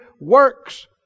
works